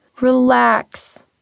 Relax